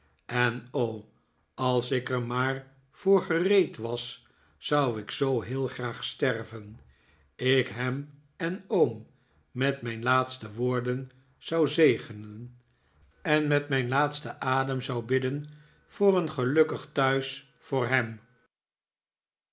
en o als ik er maar voor gereed was zou ik zoo heel graag sterven ik hem en oom met mijn laatste woorden zou zegenen en met mijn laatsten adem zou bidden voor een gelukkig thuis voor hem